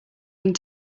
going